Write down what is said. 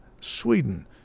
Sweden